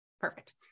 perfect